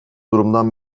durumdan